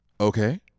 okay